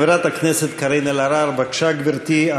חברת הכנסת קארין אלהרר, בבקשה, גברתי.